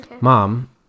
Mom